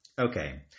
Okay